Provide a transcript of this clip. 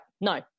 no